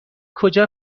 کجا